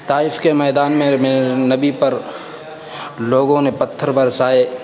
طائف کے میدان میں میرے نبی پر لوگوں نے پتھر برسائے